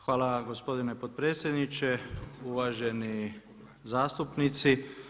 Hvala gospodine potpredsjedniče, uvaženi zastupnici.